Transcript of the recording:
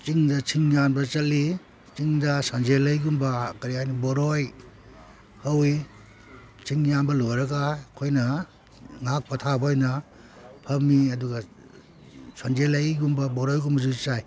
ꯆꯤꯡꯗ ꯁꯤꯡ ꯌꯥꯟꯕ ꯆꯠꯂꯤ ꯆꯤꯡꯗ ꯁꯟꯖꯦꯂꯩꯒꯨꯝꯕ ꯀꯔꯤ ꯍꯥꯏꯅꯤ ꯕꯣꯔꯣꯏ ꯍꯧꯏ ꯁꯤꯡ ꯌꯥꯟꯕ ꯂꯣꯏꯔꯒ ꯑꯩꯈꯣꯏꯅ ꯉꯥꯏꯍꯥꯛ ꯄꯣꯊꯥꯕ ꯑꯣꯏꯅ ꯐꯝꯃꯤ ꯑꯗꯨꯒ ꯁꯟꯖꯦꯂꯩꯒꯨꯝꯕ ꯕꯣꯔꯣꯏꯒꯨꯝꯕꯁꯤ ꯆꯥꯏ